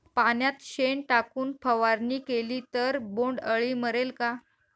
पाण्यात शेण टाकून फवारणी केली तर बोंडअळी मरेल का?